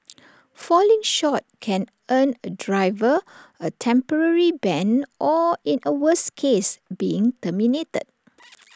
falling short can earn A driver A temporary ban or in A worse case being terminated